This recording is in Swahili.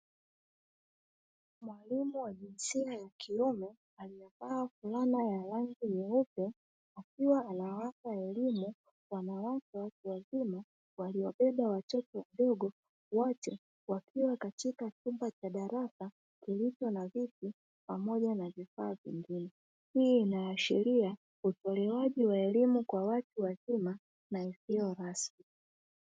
Mwalimu wa jinsia ya kiume amevaa fulana ya rangi nyeupe, akiwa anawapa elimu wanawake watu wazima waliobeba watoto wadogo, wote wakiwa katika chumba cha darasa kilicho na viti pamoja na vifaa vingine. Hii inaashiria utolewaji wa elimu kwa watu wazima na isiyo rasmi.